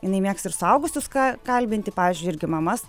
jinai mėgsta ir suaugusius ką kalbinti pavyzdžiui irgi mamas